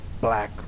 black